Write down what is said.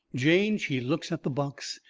jane, she looks at the box,